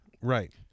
Right